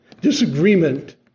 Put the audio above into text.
disagreement